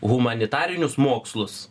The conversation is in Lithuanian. humanitarinius mokslus